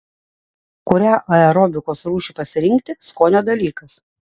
kurią aerobikos rūšį pasirinkti skonio dalykas